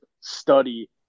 study